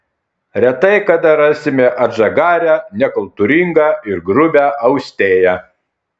retai kada rasime atžagarią nekultūringą ir grubią austėją